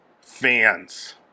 fans